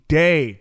day